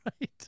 Right